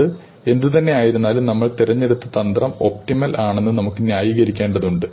അത് എന്തുതന്നെ ആയിരുന്നാലും നമ്മൾ തിരഞ്ഞെടുത്ത തന്ത്രം ഒപ്ടിമൽ ആണെന്ന് നമുക് ന്യായീകരിക്കേണ്ടതുണ്ട്